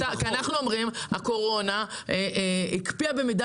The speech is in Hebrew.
כי אנחנו אומרים: הקורונה הקפיאה במידה